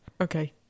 okay